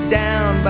down